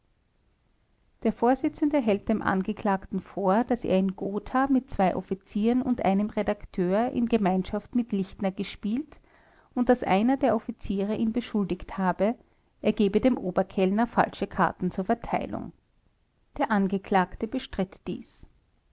der vorsitzende hält dem angeklagten vor daß er in gotha mit zwei offizieren und einem redakteur in gemeinschaft mit lichtner gespielt und daß einer der offiziere ihn beschuldigt habe er gebe dem oberkellner falsche karten zur verteilung der angeklagte bestritt dies